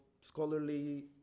scholarly